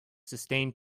sustained